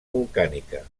volcànica